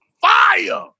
fire